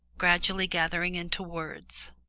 gradually gathering into words.